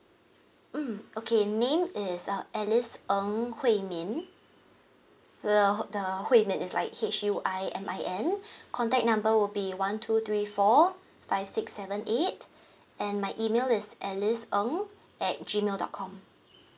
mm okay name is uh alice ng hui min the the hui min is like H U I M I N contact number will be one two three four five six seven eight and my email is alice ng at gmail dot com